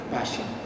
Passion